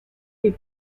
tip